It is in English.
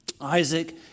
Isaac